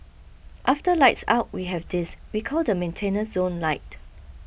after lights out we have this we call the maintenance zone light